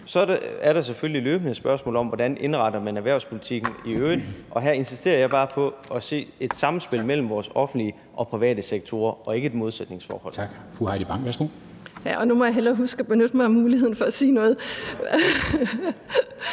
Så er der selvfølgelig løbende et spørgsmål om, hvordan man indretter erhvervspolitikken i øvrigt, og her insisterer jeg bare på at se et samspil mellem vores offentlige og private sektorer og ikke et modsætningsforhold. Kl. 13:32 Formanden (Henrik Dam Kristensen): Tak. Fru Heidi Bank, værsgo. Kl. 13:32 Heidi Bank (V): Ja, og nu må jeg hellere huske at benytte mig af muligheden for at sige noget,